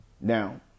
Now